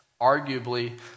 arguably